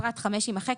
פרט (5) יימחק.